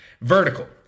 vertical